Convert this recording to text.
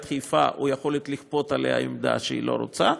חיפה או יכולת לכפות עליה עמדה שהיא לא רוצה,